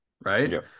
Right